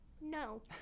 No